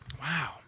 Wow